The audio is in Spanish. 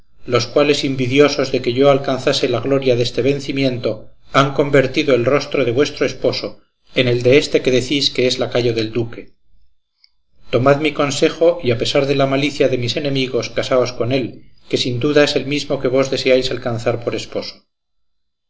los cuales invidiosos de que yo alcanzase la gloria deste vencimiento han convertido el rostro de vuestro esposo en el de este que decís que es lacayo del duque tomad mi consejo y a pesar de la malicia de mis enemigos casaos con él que sin duda es el mismo que vos deseáis alcanzar por esposo